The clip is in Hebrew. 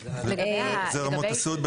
זה רמות הסיעוד,